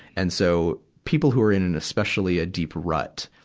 and so, people who are in an especially a deep rut,